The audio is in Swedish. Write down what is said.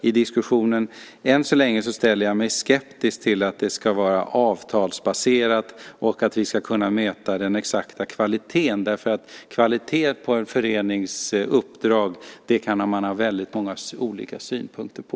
I diskussionen än så länge ställer jag mig skeptisk till att det ska vara avtalsbaserat och till att vi ska kunna mäta den exakta kvaliteten därför att kvaliteten på en förenings uppdrag kan man ha väldigt många olika synpunkter på.